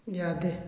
ꯌꯥꯗꯦ